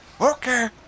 Okay